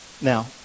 Now